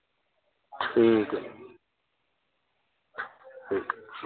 ठीक ऐ ठीक